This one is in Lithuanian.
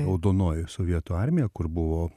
raudonoji sovietų armija kur buvo